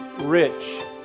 rich